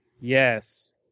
Yes